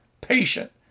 patient